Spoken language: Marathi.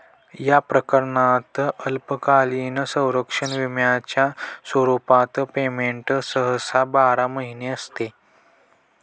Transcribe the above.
या प्रकरणात अल्पकालीन संरक्षण विम्याच्या स्वरूपात पेमेंट सहसा बारा महिने असते